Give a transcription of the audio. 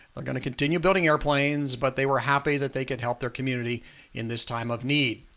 they're going to continue building airplanes but they were happy that they could help their community in this time of need.